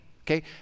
okay